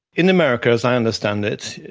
in america, as i understand it,